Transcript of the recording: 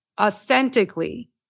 authentically